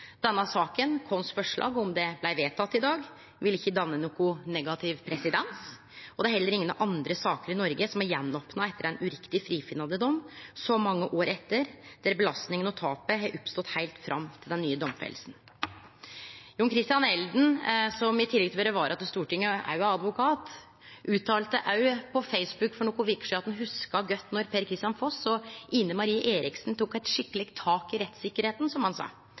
Om representantforslaget vårt blei vedteke i dag, ville det ikkje danne nokon negativ presedens, og det er heller ingen andre saker i Noreg som er gjenopna etter ein uriktig frifinnande dom så mange år etter, der belastinga og tapet har oppstått heilt fram til den nye domfellinga. John Christian Elden, som i tillegg til å vere vara til Stortinget, òg er advokat, uttala på Facebook for nokre veker sidan at han hugsa godt då Per-Kristian Foss og Ine Marie Eriksen tok eit skikkeleg tak i rettssikkerheita, som han sa,